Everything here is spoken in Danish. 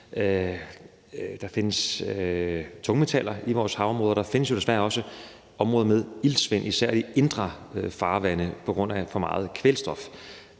Der findes tungmetaller i vores havområder, og der findes jo desværre også områder med iltsvind, især i indre farvande, på grund af for meget kvælstof,